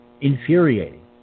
infuriating